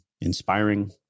inspiring